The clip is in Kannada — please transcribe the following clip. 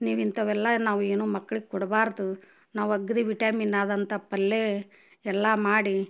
ನೀವು ಇಂಥವೆಲ್ಲ ನಾವು ಏನು ಮಕ್ಳಿಗೆ ಕೊಡಬಾರ್ದು ನಾವು ಅಗದಿ ವಿಟ್ಯಾಮಿನ ಆದಂಥ ಪಲ್ಯ ಎಲ್ಲ ಮಾಡಿ